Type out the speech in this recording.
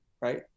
Right